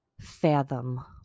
fathom